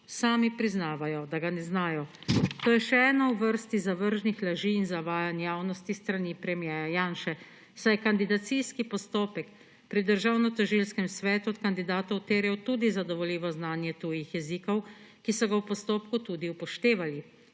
sami priznavajo, da ga ne znajo. To je še ena v vrsti zavržnih laži in zavajanj javnosti s strani premierja Janše, saj je kandidacijski postopek pri Državnotožilskem svetu od kandidatov terjal tudi zadovoljivo znanje tujih jezikov, ki so ga v postopku tudi upoštevali.